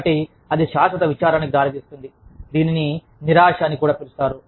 కాబట్టి అది శాశ్వత విచారానికి దారితీస్తుంది దీనిని నిరాశ అని కూడా పిలుస్తారు